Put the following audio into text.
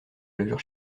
levure